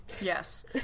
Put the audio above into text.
Yes